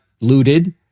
looted